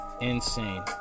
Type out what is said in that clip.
Insane